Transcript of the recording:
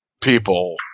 people